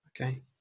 Okay